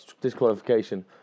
disqualification